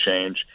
change